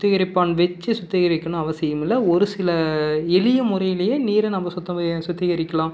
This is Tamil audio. சுத்திகரிப்பான் வச்சு சுத்திகரிக்கணும் அவசியமில்லை ஒரு சில எளிய முறையிலேயே நீரை நாம் சுத்தம் சுத்திகரிக்கலாம்